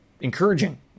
encouraging